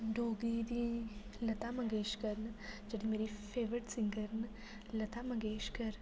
डोगरी दी लता मंगेशकर जेह्ड़ी मेरी फेवरेट सिंगर ऐ लता मंगेशकर